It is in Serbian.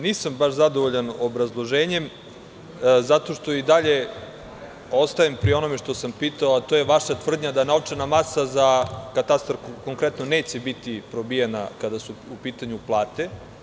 Nisam baš zadovoljan obrazloženjem, zato što i dalje ostajem pri onom što sam pitao, a to je vaša tvrdnja da novčana masa za katastar konkretno neće biti probijena kada su u pitanju plate.